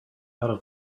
thought